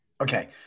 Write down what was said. Okay